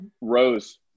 Rose